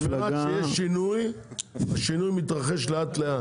השינוי מתרחש לאט-לאט,